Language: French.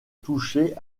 touché